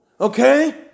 Okay